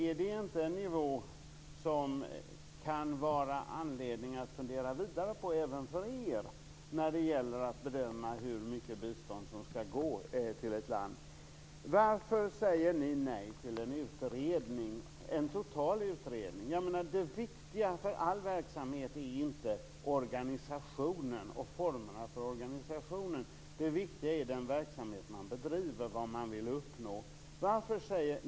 Är det inte en nivå som det kan finnas anledning att fundera vidare på även för er när det gäller att bedöma hur stort bistånd som skall gå till ett land? Varför säger ni nej till en total utredning? Det viktiga för all verksamhet är inte organisationen och formerna för denna. Det viktiga är den verksamhet man bedriver och vad man vill uppnå.